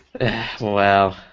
Wow